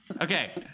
Okay